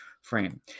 frame